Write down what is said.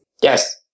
yes